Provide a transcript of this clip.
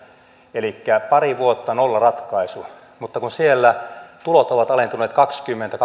elikkä pari vuotta nollaratkaisu mutta kun siellä tulot ovat alentuneet kaksikymmentä